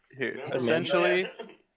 essentially